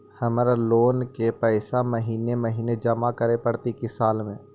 हमर लोन के पैसा महिने महिने जमा करे पड़तै कि साल में?